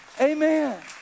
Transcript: Amen